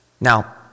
Now